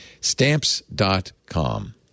stamps.com